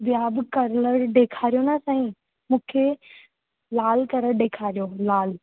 ॿिया बि कलर ॾेखारियो न साईं मूंखे लाल कलर ॾेखारियो लाल